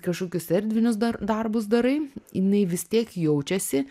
kažkokius erdvinius dar darbus darai jinai vis tiek jaučiasi